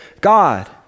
God